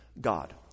God